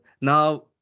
now